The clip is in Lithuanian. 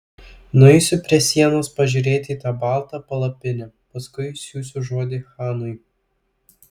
nueisiu prie sienos pažiūrėti į tą baltą palapinę paskui siųsiu žodį chanui